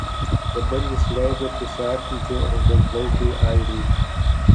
dabar jis leido prisiartinti raudonplaukei airei